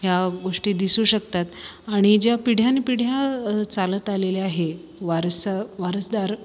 या गोष्टी दिसू शकतात आणि ज्या पिढ्यानपिढ्या चालत आलेल्या आहे वारसा वारसदार